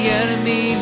enemy